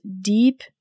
deep